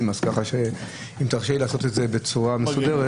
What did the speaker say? השכר יהיה שכר גלובלי,